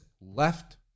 left